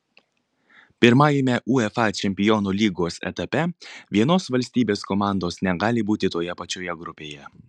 pirmajame uefa čempionų lygos etape vienos valstybės komandos negali būti toje pačioje grupėje